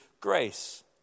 grace